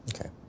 Okay